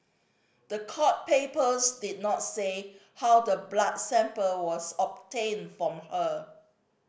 the court papers did not say how the blood sample was obtained from her